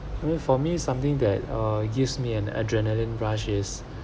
and then for me something that uh gives me an adrenaline rush is